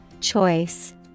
Choice